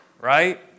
right